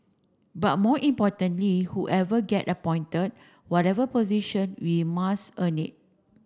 but more importantly whoever get appointed whatever position we must earn it